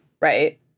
right